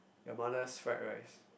your mother's fried rice